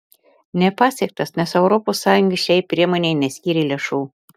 nepasiektas nes europos sąjunga šiai priemonei neskyrė lėšų